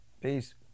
peace